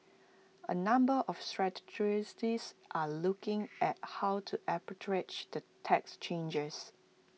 A number of strategists are looking at how to arbitrage the tax changes